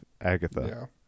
Agatha